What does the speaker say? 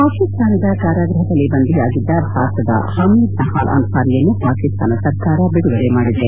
ಪಾಕಿಸ್ತಾನದ ಜೈಲಿನಲ್ಲಿ ಬಂಧಿಯಾಗಿದ್ದ ಭಾರತದ ಹಮೀದ್ ನಹಾಲ್ ಅನ್ಲಾರಿಯನ್ನು ಪಾಕಿಸ್ತಾನ ಸರ್ಕಾರ ಬಿಡುಗಡೆ ಮಾಡಿದೆ